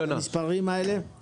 המספרים האלה הם בעוד שנה?